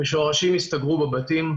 בשורשים הסתגרו בבתים,